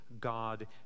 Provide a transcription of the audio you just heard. God